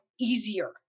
easier